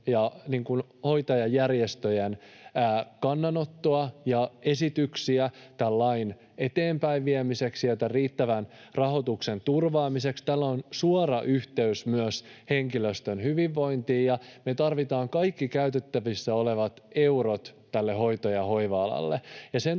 hoitajajärjestöjen kannanottoa ja esityksiä tämän lain eteenpäinviemiseksi ja riittävän rahoituksen turvaamiseksi. Tällä on suora yhteys myös henkilöstön hyvinvointiin, ja me tarvitaan kaikki käytettävissä olevat eurot hoito- ja hoiva-alalle.